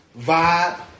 vibe